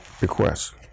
requests